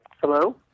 Hello